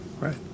Right